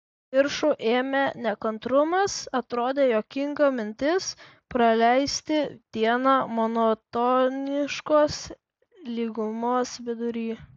viršų ėmė nekantrumas atrodė juokinga mintis praleisti dieną monotoniškos lygumos vidury